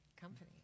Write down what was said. company